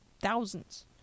thousands